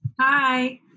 hi